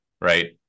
right